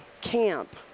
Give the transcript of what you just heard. camp